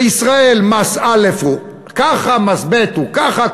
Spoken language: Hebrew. בישראל מס א' הוא ככה, מס ב' הוא ככה.